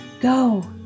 Go